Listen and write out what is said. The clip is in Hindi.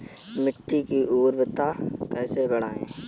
मिट्टी की उर्वरता कैसे बढ़ाएँ?